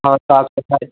हाँ साफ़ सफ़ाई